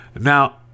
Now